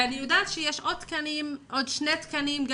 אני יודעת שיש עוד שני תקנים,